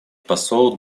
посол